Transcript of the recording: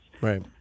Right